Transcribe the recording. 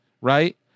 right